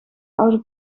oude